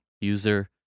user